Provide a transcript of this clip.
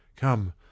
Come